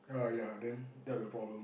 ya ya then that will be a problem lah